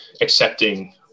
accepting